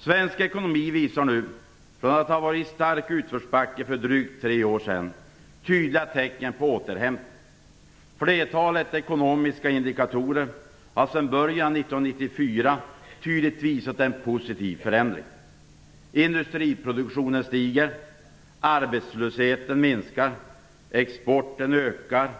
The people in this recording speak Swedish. Svensk ekonomi visar nu, från att ha varit i stark utförsbacke för drygt tre år sedan, tydliga tecken på återhämtning. Flertalet ekonomiska indikatorer har sedan början av 1994 tydligt visat en positiv förändring. Industriproduktionen stiger, arbetslösheten minskar, exporten ökar,